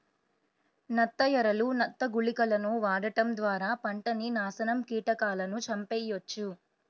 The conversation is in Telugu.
నత్త ఎరలు, నత్త గుళికలను వాడటం ద్వారా పంటని నాశనం కీటకాలను చంపెయ్యొచ్చు